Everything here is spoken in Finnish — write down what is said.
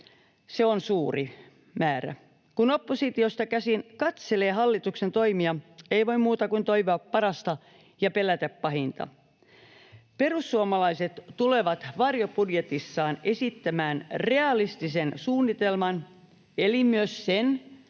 se on suuri määrä. Kun oppositiosta käsin katselee hallituksen toimia, ei voi muuta kuin toivoa parasta ja pelätä pahinta. Perussuomalaiset tulevat varjobudjetissaan esittämään realistisen suunnitelman eli myös sen,